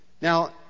Now